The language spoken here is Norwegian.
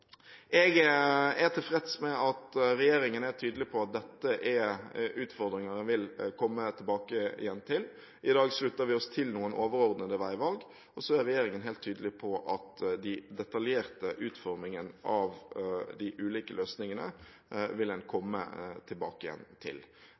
Jeg er tilfreds med at regjeringen er tydelig på at dette er utfordringer den vil komme tilbake igjen til. I dag slutter vi oss til noen overordnede veivalg, og så er regjeringen helt tydelig på at de detaljerte utformingene av de ulike løsningene vil en